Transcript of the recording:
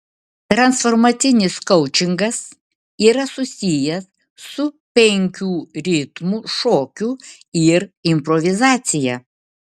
transformacinis koučingas yra susijęs su penkių ritmų šokiu ir improvizacija